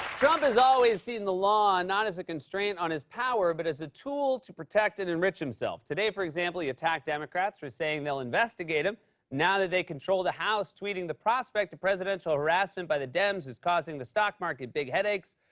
trump has always seen the law and not as a constraint on his power but as a tool to protect and enrich himself. today, for example, he attacked democrats for saying they'll investigate him now that they control the house tweeting, the prospect of presidential harassment by the dems is causing the stock market big headaches!